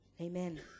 Amen